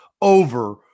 over